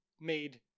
made